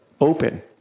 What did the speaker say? open